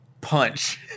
punch